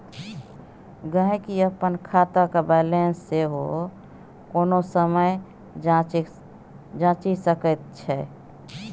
गहिंकी अपन खातक बैलेंस सेहो कोनो समय जांचि सकैत छै